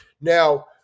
Now